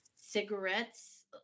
cigarettes